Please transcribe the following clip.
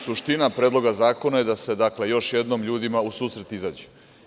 Suština Predloga zakona je da se još jednom ljudima u susret izađe.